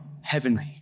heavenly